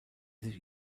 sich